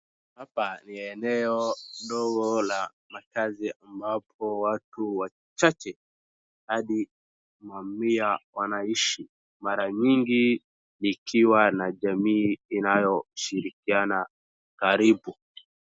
Hapa ni eneo dogo la makazi ambapo watu wachache hadi mamia wanaishi mara nyingi likiwa na jamii inayoshirikiana karibu